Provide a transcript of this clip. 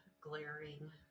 glaring